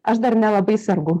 aš dar nelabai sergu